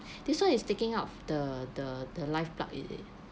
this [one] is taking out the the the lifeblood is it